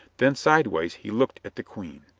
then sidewise he looked at the queen.